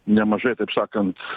nemažai taip sakant